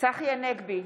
צחי הנגבי,